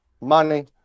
Money